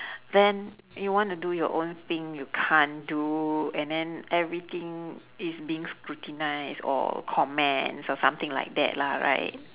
then you want to do your own thing you can't do and then everything is being scrutinise or comments or something like that lah right